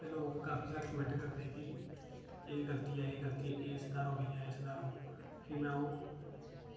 ते लोग काफी सारे कमैंट करदे हे कि एह् गल्ती ऐ एह् गल्ती ऐ एह् सुधारो भैया एह् सुधारो फ्ही में ओह्